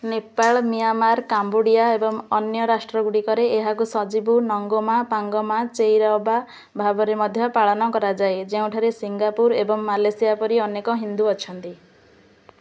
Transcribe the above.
Nepal Myanmar Cambodia ଏବଂ ଅନ୍ୟ ରାଷ୍ଟ୍ରଗୁଡ଼ିକରେ ଏହାକୁ ସଜିବୁ ନୋଙ୍ଗମା ପାଙ୍ଗମା ଚେଇରାଓବା ଭାବରେ ମଧ୍ୟ ପାଳନ କରାଯାଏ ଯେଉଁଠାରେ ସିଙ୍ଗାପୁର ଏବଂ ମାଲେସିଆ ପରି ଅନେକ ହିନ୍ଦୁ ଅଛନ୍ତି